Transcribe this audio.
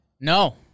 No